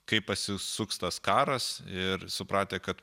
kaip pasisuks tas karas ir supratę kad